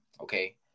Okay